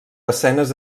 escenes